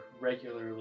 regularly